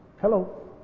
Hello